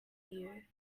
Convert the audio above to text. you